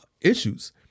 issues